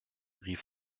rief